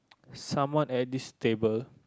somewhat at this table